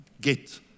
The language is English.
Get